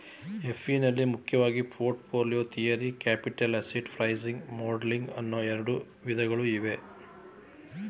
FE ನಲ್ಲಿ ಮುಖ್ಯವಾಗಿ portfolio theory, capital asset pricing modelling ಅನ್ನೋ ಎರಡು ವಿಧ ಇದೆ